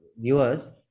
viewers